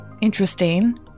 interesting